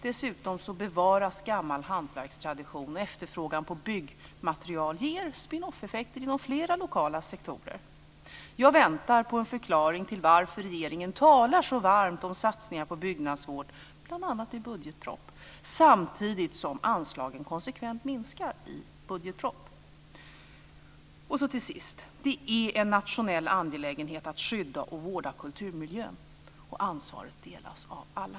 Dessutom bevaras gammal hantverkstradition, och efterfrågan på byggmaterial ger spin-off-effekter inom flera lokala sektorer. Jag väntar på en förklaring till varför regeringen talar så varmt om satsningar på byggnadsvård, bl.a. i budgetproposition, samtidigt som anslagen konsekvent minskar i budgetproposition. Allra sist: Det är en nationell angelägenhet att skydda och vårda kulturmiljön, och ansvaret delas av alla.